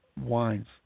wines